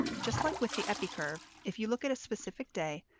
just like with the epi curve, if you look at a specific day,